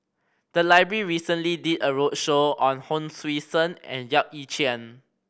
the library recently did a roadshow on Hon Sui Sen and Yap Ee Chian